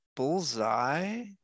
Bullseye